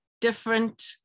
different